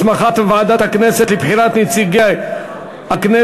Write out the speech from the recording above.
הסמכת ועדת הכנסת לבחירת נציגי הכנסת